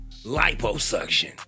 liposuction